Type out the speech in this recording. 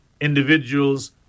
individuals